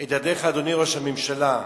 את ידיך, ראש הממשלה.